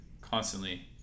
constantly